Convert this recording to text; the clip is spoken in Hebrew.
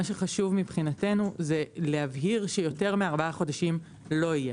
מה שחשוב מבחינתנו זה להבהיר שיותר מארבעה חודשים לא יהיה.